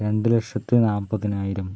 രണ്ട് ലക്ഷത്തി നാപ്പതിനായിരം